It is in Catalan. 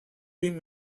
vint